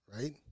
right